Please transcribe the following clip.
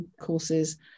courses